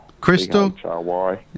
Crystal